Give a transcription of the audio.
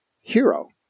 hero